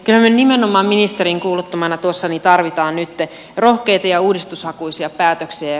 kyllä nimenomaan ministerin kuuluttamana tuossa tarvitaan nyt rohkeita ja uudistushakuisia päätöksiä